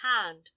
hand